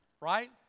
Right